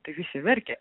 tai visi verkė